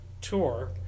tour